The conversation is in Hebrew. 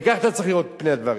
וכך אתה צריך לראות את פני הדברים.